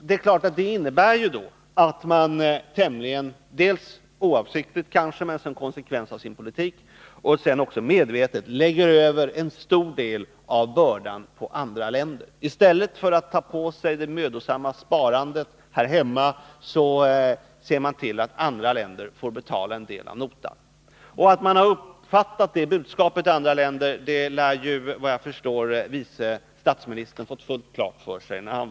Det är klart att detta innebär att regeringen — kanske delvis oavsiktligt, som en konsekvens av sin politik, men också medvetet — lägger över en stor del av bördan på andra länder. I stället för att ta på sig det mödosamma sparandet här hemma ser man till att andra länder får betala en del av notan. Och såvitt jag förstår har vice statsministern fått helt klart för sig att andra länder har uppfattat detta budskap.